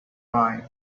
rhyme